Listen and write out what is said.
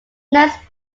next